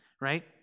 right